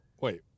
Wait